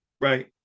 right